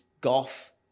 golf